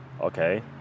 Okay